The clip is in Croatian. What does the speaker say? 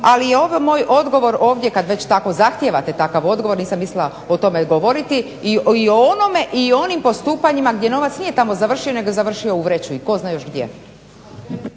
ali je ovaj moj odgovor ovdje kada već tako zahtijevate takav odgovor, nisam mislila o tome govoriti i o onome i o onim postupanjima gdje novac nije tamo završio nego je završio u vreći i tko zna još gdje.